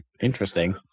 interesting